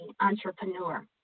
entrepreneur